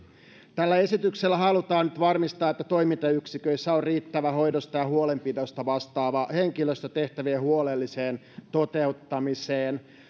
tällä esityksellä halutaan nyt varmistaa että toimintayksiköissä on riittävä hoidosta ja huolenpidosta vastaava henkilöstö tehtävien huolelliseen toteuttamiseen